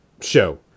show